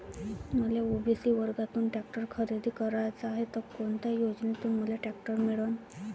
मले ओ.बी.सी वर्गातून टॅक्टर खरेदी कराचा हाये त कोनच्या योजनेतून मले टॅक्टर मिळन?